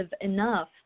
enough